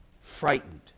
frightened